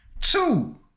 two